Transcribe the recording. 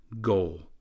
goal